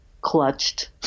clutched